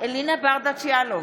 אלינה ברדץ' יאלוב,